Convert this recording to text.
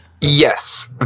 Yes